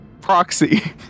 Proxy